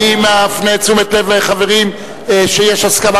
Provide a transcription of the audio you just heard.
אני מפנה את תשומת לב החברים שיש הסכמה